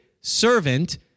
servant